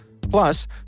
Plus